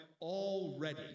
already